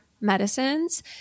medicines